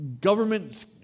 government